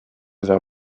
vers